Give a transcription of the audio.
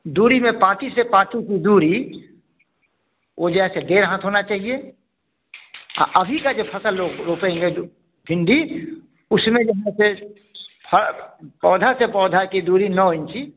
दूरी में पाँच ही से पाँच इंच की दूरी वह जैसे डेढ़ हाथ होना चहिए अभी की जो फ़सल जो रोपेंगे जो भिंडी उसमें जो है सो हाँ पौधे से पौधे की दूरी नौ इंची